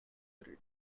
three